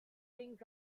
things